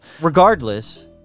Regardless